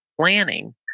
planning